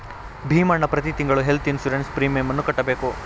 ಭೀಮಣ್ಣ ಪ್ರತಿ ತಿಂಗಳು health insurance ಪ್ರೀಮಿಯಮನ್ನು ಕಟ್ಟಬೇಕು